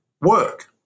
work